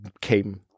came